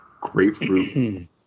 grapefruit